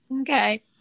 Okay